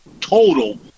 total